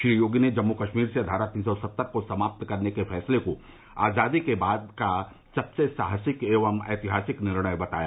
श्री योगी ने जम्मू कश्मीर से धारा तीन सौ सत्तर को समाप्त करने के फैसले को आजादी के बाद का सबसे साहसिक एवं ऐतिहासिक निर्णय बताया